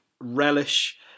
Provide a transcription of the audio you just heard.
Relish